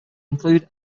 include